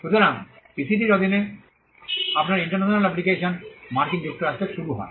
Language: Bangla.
সুতরাং পিসিটি র অধীনে আপনার ইন্টারন্যাশনাল এপ্লিকেশন মার্কিন যুক্তরাষ্ট্রে শুরু হয়